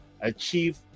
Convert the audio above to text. achieve